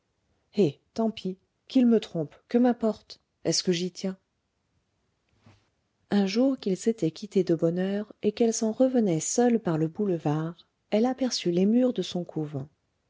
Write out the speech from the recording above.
eh tant pis qu'il me trompe que m'importe est-ce que j'y tiens un jour qu'ils s'étaient quittés de bonne heure et qu'elle s'en revenait seule par le boulevard elle aperçut les murs de son couvent